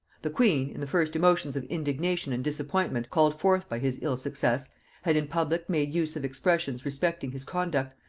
the queen, in the first emotions of indignation and disappointment called forth by his ill-success, had in public made use of expressions respecting his conduct,